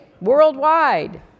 worldwide